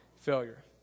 failure